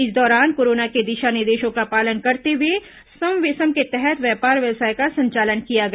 इस दौरान कोरोना के दिशा निर्देशों का पालन करते हुए सम विषम के तहत व्यापार व्यवसाय का संचालन किया गया